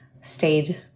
stayed